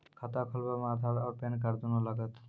खाता खोलबे मे आधार और पेन कार्ड दोनों लागत?